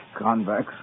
convex